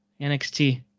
NXT